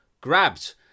grabbed